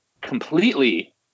completely